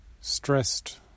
stressed